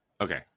okay